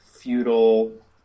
feudal